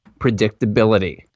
predictability